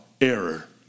error